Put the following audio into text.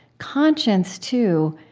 conscience, too,